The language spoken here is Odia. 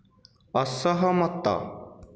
ଅସହମତ